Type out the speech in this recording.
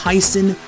Tyson